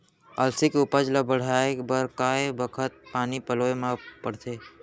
अलसी के उपज ला बढ़ए बर कय बखत पानी पलोय ल पड़थे?